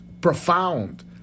profound